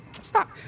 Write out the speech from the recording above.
Stop